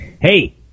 hey